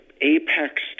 apex